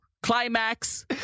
Climax